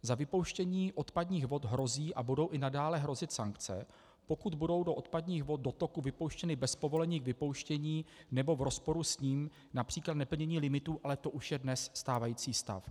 Za vypouštění odpadních vod hrozí a budou i nadále hrozit sankce, pokud budou odpadní vody do toku vypouštěny bez povolení k vypouštění nebo v rozporu s ním, např. neplnění limitů, ale to už je dnes stávající stav.